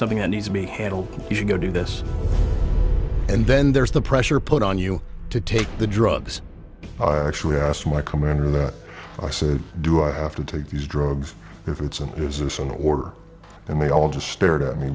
something i need to be handled you should go do this and then there's the pressure put on you to take the drugs actually i asked my commander that i said do i have to take these drugs if it's an is this an order and they all just stared at me